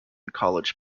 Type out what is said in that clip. college